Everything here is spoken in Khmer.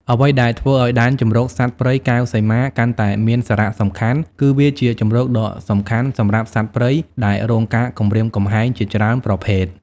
អ្វីដែលធ្វើឲ្យដែនជម្រកសត្វព្រៃកែវសីមាកាន់តែមានសារៈសំខាន់ គឺវាជាជម្រកដ៏សំខាន់សម្រាប់ សត្វព្រៃដែលរងការគំរាមកំហែង ជាច្រើនប្រភេទ។